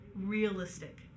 realistic